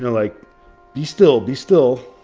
like be still be still.